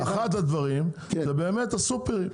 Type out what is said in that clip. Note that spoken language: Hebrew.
אחד הדברים זה באמת הסופרים,